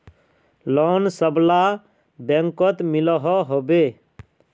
Loan सबला बैंकोत मिलोहो होबे?